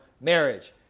Marriage